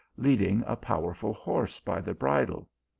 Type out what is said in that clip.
leading a powerful horse by the bridle.